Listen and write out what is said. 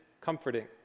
comforting